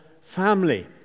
family